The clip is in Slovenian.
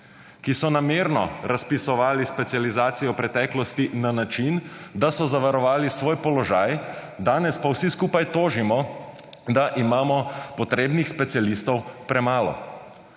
ki so namerno razpisovali specializacijo v preteklosti na način, da so zavarovali svoj položaj danes pa vsi skupaj tožimo, da imamo potrebnih specialistov premalo.